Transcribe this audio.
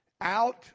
Out